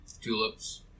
tulips